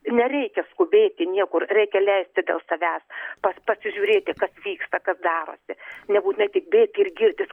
nereikia skubėti niekur reikia leisti dėl savęs pasižiūrėti kas vyksta kas darosi nebūtinai tik bėgti ir girtis